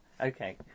Okay